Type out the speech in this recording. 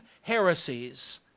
heresies